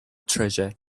treasure